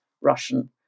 Russian